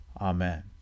Amen